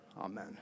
Amen